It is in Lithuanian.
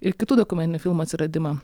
ir kitų dokumentinių filmų atsiradimą